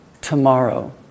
tomorrow